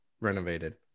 renovated